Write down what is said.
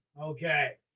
okay